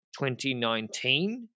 2019